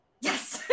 Yes